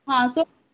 हां सो